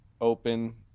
open